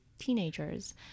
teenagers